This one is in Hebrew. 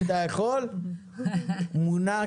החוק הזה עושה שלושה דברים: הוא קודם כל אומר,